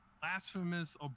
blasphemous